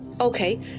Okay